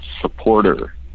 supporter